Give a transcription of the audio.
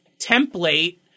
template